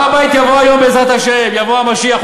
הר-הבית, יבוא היום, בעזרת השם, יבוא המשיח.